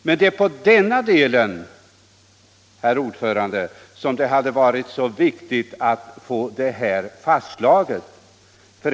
Men det är på just denna del, herr utskottsordförande, som det hade varit viktigt att få detta fastslaget.